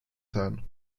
sein